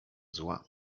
zła